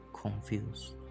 confused